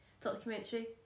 documentary